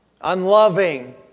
Unloving